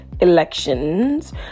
Elections